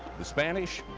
the spanish,